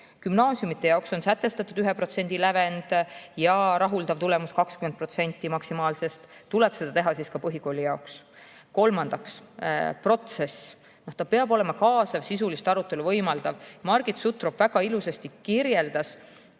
Gümnaasiumide jaoks on sätestatud 1% lävend ja rahuldava tulemusena 20% maksimaalsest. Seda tuleb siis teha ka põhikooli jaoks. Kolmandaks, protsess peab olema kaasav, sisulist arutelu võimaldav. Margit Sutrop väga ilusasti kirjeldas,